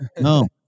no